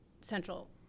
central